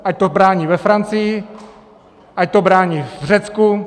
Ať to brání ve Francii, ať to brání v Řecku.